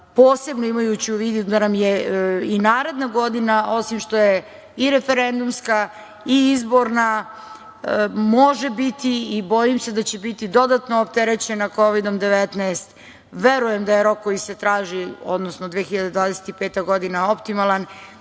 posebno imajući u vidu da nam je i naredna godina, osim što je i referendumska i izborna, može biti i bojim se da će biti dodatno opterećena Kovidom-19, verujem da je rok koji se traži, odnosno 2025. godina, optimalan,